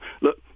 look